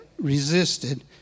resisted